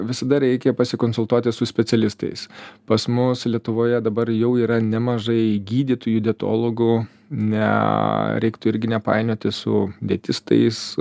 visada reikia pasikonsultuoti su specialistais pas mus lietuvoje dabar jau yra nemažai gydytojų dietologų ne reiktų irgi nepainioti su dietistais